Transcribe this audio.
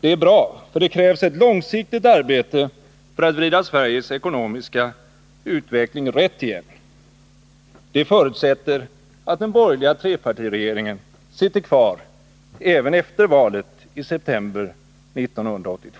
Det är bra, för det krävs ett långsiktigt arbete för att vrida Sveriges ekonomiska utveckling rätt igen. Det förutsätter att den borgerliga trepartiregeringen sitter kvar även efter valet i september 1982.